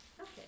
Okay